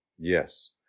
Yes